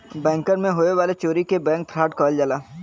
बैंकन मे होए वाले चोरी के बैंक फ्राड कहल जाला